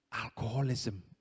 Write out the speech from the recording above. alcoholism